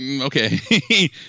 Okay